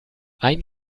ein